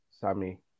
Sammy